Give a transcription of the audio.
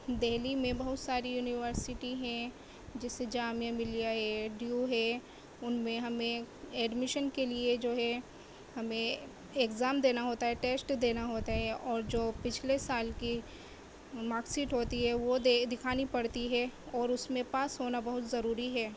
دہلی میں بہت ساری یونیورسٹی ہیں جیسے جامعہ ملیہ ہے ڈی یو ہے ان میں ہمیں ایڈمیشن کے لیے جو ہے ہمیں اکزام دینا ہوتا ہے ٹیسٹ دینا ہوتا ہے اور جو پچھلے سال کی مارک شیٹ ہوتی ہے وہ دے دکھانی پڑتی ہے اور اس میں پاس ہونا بہت ضروری ہے